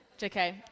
JK